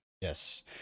yes